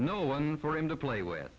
no one for him to play with